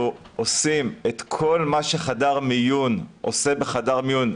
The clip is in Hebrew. אנחנו עושים את כל מה שחדר מיון עושה בחדר מיון,